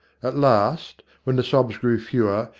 at last, when the sobs grew fewer,